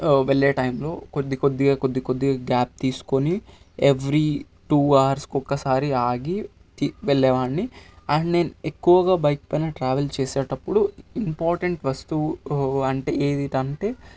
వెళ్ళే టైంలో కొద్ది కొద్దిగా కొద్ది కొద్దిగా గ్యాప్ తీసుకొని ఎవ్రి టూ హావర్స్ కోకసారి ఆగి తిని వెళ్ళేవాడ్ని అండ్ నేను ఎక్కువగా బైక్ పైన ట్రావెల్ చేసేటప్పుడు ఇంపార్టెంట్ వస్తువు అంటే ఏంటంటే